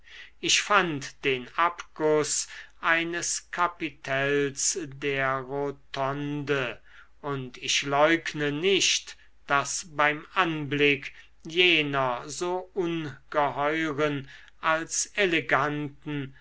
ich fand den abguß eines kapitells der rotonde und ich leugne nicht daß beim anblick jener so ungeheuren als eleganten